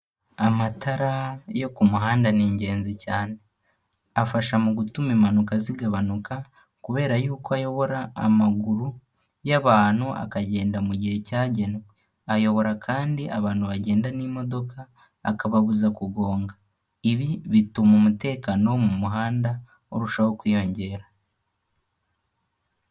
Amatara yo ku muhanda ni ingenzi cyane. Afasha mu gutuma impanuka zigabanuka kubera yuko ayobora amaguru y'abantu akagenda mu gihe cyagenwe. Ayobora kandi abantu bagenda n'imodoka, akababuza kugonga. Ibi bituma umutekano wo mu muhanda urushaho kwiyongera.